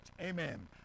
amen